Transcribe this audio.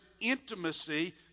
intimacy